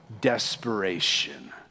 desperation